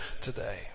today